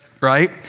right